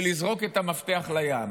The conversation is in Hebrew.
ולזרוק את המפתח לים,